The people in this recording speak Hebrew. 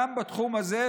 גם בתחום הזה,